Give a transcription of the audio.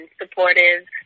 supportive